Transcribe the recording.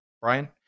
Brian